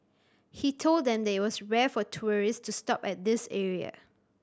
he told them that it was rare for tourist to stop at this area